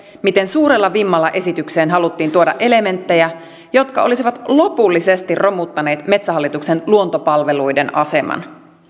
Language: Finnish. miten suurella vimmalla esitykseen haluttiin tuoda elementtejä jotka olisivat lopullisesti romuttaneet metsähallituksen luontopalveluiden aseman